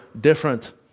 different